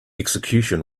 execution